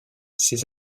ses